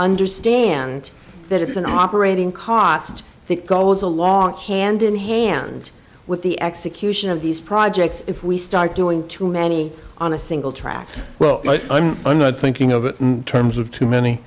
understand that it's an operating cost that goes along hand in hand with the execution of these projects if we start doing too many on a single track well and i'm not thinking of it in terms of too many